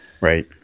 right